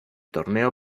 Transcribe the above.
torneo